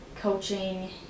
Coaching